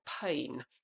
pain